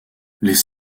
les